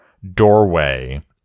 doorway